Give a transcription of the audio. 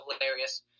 hilarious